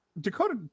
Dakota